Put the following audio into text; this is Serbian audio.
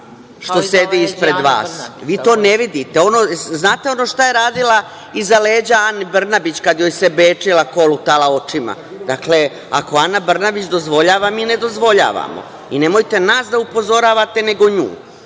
što sedi ispred vas. Vi to ne vidite. Znate šta je radila iza leđa Ani Brnabić kada joj se bečila, kolutala očima. Ako Ana Brnabić dozvoljava, mi ne dozvoljavamo. Nemojte nas da upozoravate, nego nju.